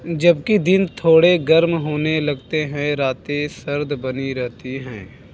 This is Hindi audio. जबकि दिन थोड़े गर्म होने लगते है राते सर्द बनी रहती हैं